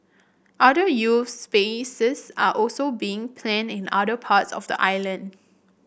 other youth spaces are also being planned in other parts of the island